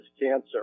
cancer